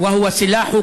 כה רבות עשית